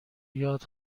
یاد